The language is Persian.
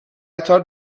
قطار